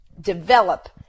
develop